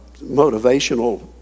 motivational